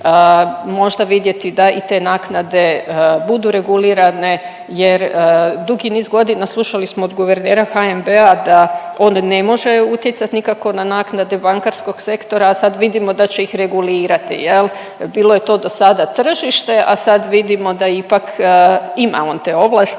možda vidjeti da i te naknade budu regulirane jer dugi niz godina slušali smo od guvernera HNB-a da on ne može utjecat nikako na naknade bankarskog sektora, a sad vidimo da će ih regulirati jel. Bilo je to do sada tržište, a sad vidimo da ipak ima on te ovlasti